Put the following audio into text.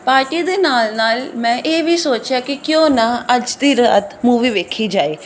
party ਦੇ ਨਾਲ ਨਾਲ ਮੈਂ ਇਹ ਵੀ ਸੋਚਿਆ ਕਿ ਕਿਉਂ ਨਾ ਅੱਜ ਦੀ ਰਾਤ ਮੂਵੀ ਵੇਖੀ ਜਾਵੇ